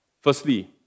Firstly